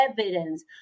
evidence